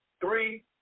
three